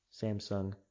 samsung